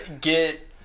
get